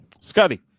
Scotty